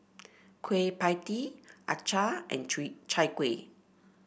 Kueh Pie Tee acar and Chai Kuih